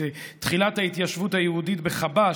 תחילת ההתיישבות בחבש,